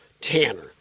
Tanner